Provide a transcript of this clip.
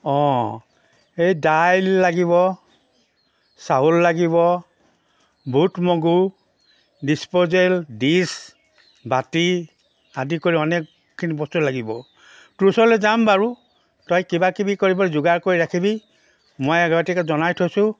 অ' সেই দাইল লাগিব চাউল লাগিব বুট মগু ডিচপ'জেল ডিছ বাতি আদি কৰি অনেকখিনি বস্তুৱেই লাগিব তোৰ ওচৰলৈ যাম বাৰু তই কিবকিবি কৰি পেলাই যোগাৰ কৰি ৰাখিবি মই আগতীয়াকৈ জনাই থৈছোঁ